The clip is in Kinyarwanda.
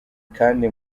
kandi